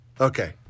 Okay